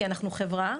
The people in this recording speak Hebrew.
כי אנחנו חברה,